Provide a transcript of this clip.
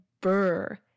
burr